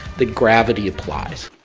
the gravity applies.